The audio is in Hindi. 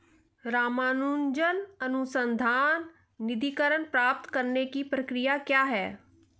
रामानुजन अनुसंधान निधीकरण प्राप्त करने की प्रक्रिया क्या है?